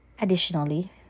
Additionally